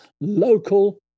local